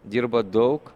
dirba daug